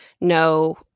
no